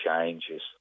changes